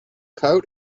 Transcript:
coat